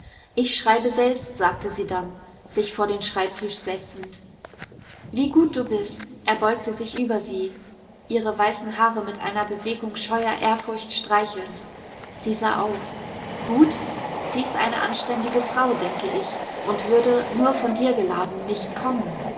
ich schreibe selbst sagte sie dann sich vor den schreibtisch setzend wie gut du bist er beugte sich über sie ihre weißen haare mit einer bewegung scheuer ehrfurcht streichelnd sie sah auf gut sie ist eine anständige frau denke ich und würde nur von dir geladen nicht kommen